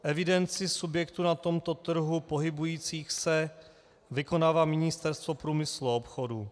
Evidenci subjektů na tomto trhu se pohybujících vykonává Ministerstvo průmyslu a obchodu.